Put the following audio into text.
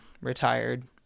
retired